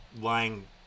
lying